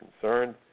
concerned